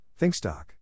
Thinkstock